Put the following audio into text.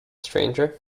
stranger